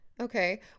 Okay